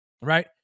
right